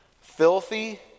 filthy